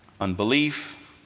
Unbelief